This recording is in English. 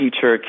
teacher